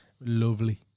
Lovely